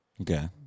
Okay